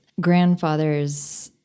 grandfather's